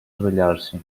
svegliarsi